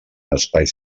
espais